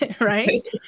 right